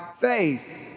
faith